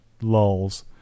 lulls